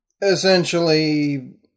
essentially